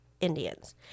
Indians